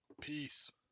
Peace